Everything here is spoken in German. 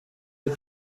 der